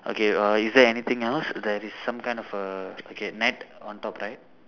okay uh is there anything else there is some kind of err okay net on top right